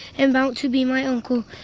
and about to be my uncle.